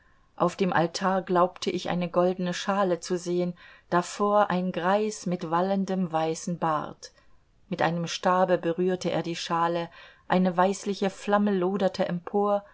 auf dem altar glaubte ich eine goldene schale zu sehen davor ein greis mit wallendem weißen bart mit einem stabe berührte er die schale eine weißliche flamme loderte empor